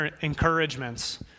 encouragements